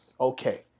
Okay